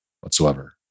whatsoever